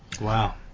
Wow